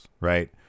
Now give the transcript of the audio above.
right